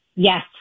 Yes